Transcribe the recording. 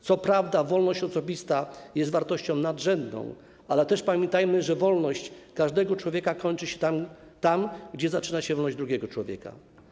Co prawda wolność osobista jest wartością nadrzędną, ale też pamiętajmy, że wolność każdego człowieka kończy się tam, gdzie zaczyna się wolność drugiego człowieka.